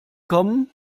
kommen